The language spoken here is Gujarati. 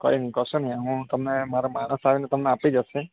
કસું નહીં હું તમને મારા માણસ આવીને આપી જશે